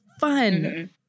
fun